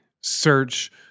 search